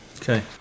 Okay